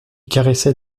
caressait